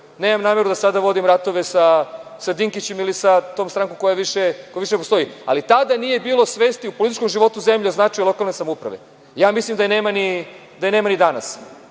nemam nameru da sada vodim ratove sa Dinkićem ili sa tom strankom koja više ne postoji, ali, tada nije bilo svesti u političkom životu zemlje o značaju lokalne samouprave. Ja mislim da je nema ni danas. Taj